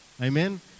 Amen